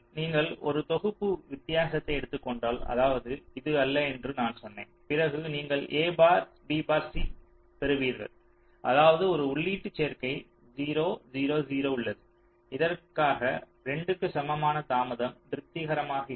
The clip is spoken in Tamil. நீங்கள் ஒரு தொகுப்பு வித்தியாசத்தை எடுத்துக் கொண்டால் அதாவது இது அல்ல என்று நான் சொன்னேன் பிறகு நீங்கள் a bar b bar c பெறுவீர்கள் அதாவது ஒரு உள்ளீட்டு சேர்க்கை 0 0 0 உள்ளது இதற்காக 2 க்கு சமமான தாமதம் திருப்திகரமாக இல்லை